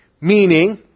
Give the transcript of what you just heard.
Meaning